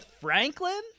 franklin